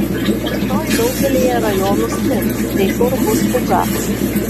rytoj daugelyje rajonų snigs kai kur bus pūga